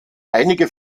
einige